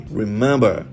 remember